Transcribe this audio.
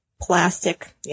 plastic